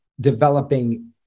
developing